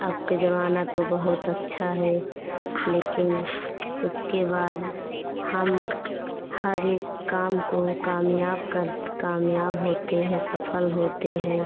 अब के ज़माना तो बहुत अच्छा है लेकिन उसके बाद हम हर एक काम को कामयाब कर कामयाब होते हैं सफल होते हैं